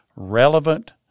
relevant